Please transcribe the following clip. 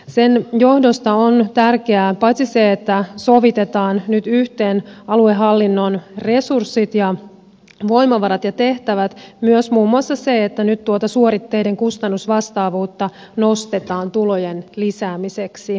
sen johdosta on tärkeää paitsi se että sovitetaan nyt yhteen aluehallinnon resurssit ja voimavarat ja tehtävät myös muun muassa se että nyt tuota suoritteiden kustannusvastaavuutta nostetaan tulojen lisäämiseksi